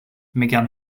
megan